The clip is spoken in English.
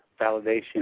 validation